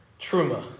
truma